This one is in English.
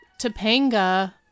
Topanga